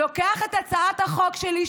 לוקח את הצעת החוק שלי,